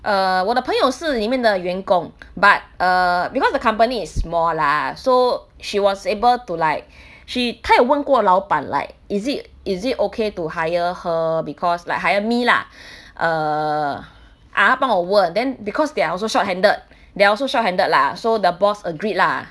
uh 我的朋友是里面的员工 but err because the company is small lah so she was able to like she 她有问过老板 like is it is it okay to hire her because like hire me lah err ah 她帮我问 then because they are also short handed they also short handed lah so the boss agreed lah